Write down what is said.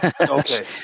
okay